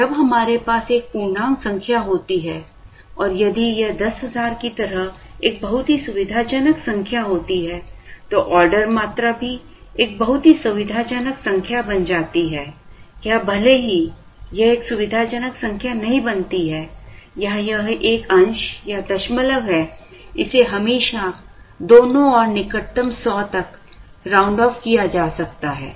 और जब हमारे पास एक पूर्णांक संख्या होती है और यदि यह 10000 की तरह एक बहुत ही सुविधाजनक संख्या होती है तो ऑर्डर मात्रा भी एक बहुत ही सुविधाजनक संख्या बन जाती है या भले ही यह एक सुविधाजनक संख्या नहीं बनती है या यह एक अंश या दशमलव है इसे हमेशा दोनों ओर निकटतम 100 तक राउंड ऑफ किया जा सकता है